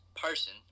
person